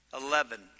Eleven